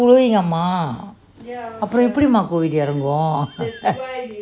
அப்புறம் எப்டி:apro epdi COVID எறங்கும்:eranggum